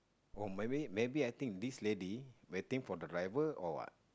oh maybe maybe I think this lady waiting for the driver or what